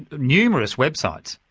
numerous websites?